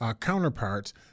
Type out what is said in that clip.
counterparts